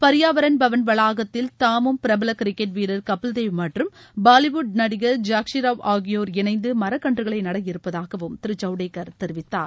பரியாவரன் பவன் வளாகத்தில் தூமும் பிரபல கிரிக்கெட் வீரர் கபில்தேவ் மற்றும் பாலிவுட் நடிகர் ஜாக்கிஷ்ராவ் ஆகியோர் இணைந்து மரக்கன்றுகளை நட இருப்பதாகவும் திரு ஜவடேகர் தெரிவித்தார்